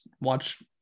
watch